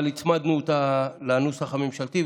אבל הצמדנו אותה לנוסח הממשלתי,